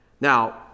Now